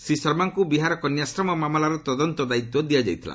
ଶ୍ରୀ ଶର୍ମାଙ୍କୁ ବିହାର କନ୍ୟାଶ୍ରମ ମାମଲାର ତଦନ୍ତ ଦାୟିତ୍ୱ ଦିଆଯାଇଥିଲା